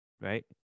right